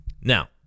Now